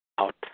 out